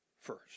first